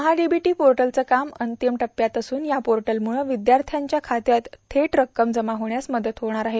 महाडीबीटी पोर्टलचं काम अंतिम टप्प्यात असून या पोर्टलम्रळं विद्यार्थ्यांच्या खात्यात थेट रक्कम जमा होण्यास मदत होणार आहे